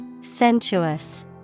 Sensuous